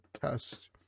test